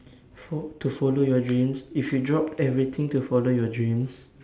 fo~ to follow your dreams if you drop everything to follow your dreams